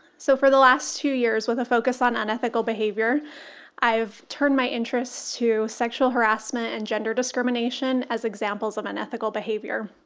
so for the last two years with a focus on unethical behavior i've turned my interest to sexual harassment and gender discrimination as examples of unethical behavior.